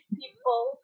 people